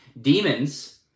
Demons